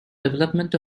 development